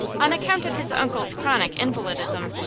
on account of his uncle's chronic invalidism,